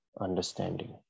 understanding